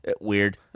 weird